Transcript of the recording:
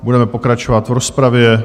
Budeme pokračovat v rozpravě.